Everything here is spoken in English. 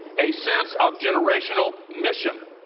a sense of generational mission.